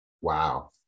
Wow